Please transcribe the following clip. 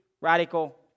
radical